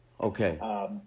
Okay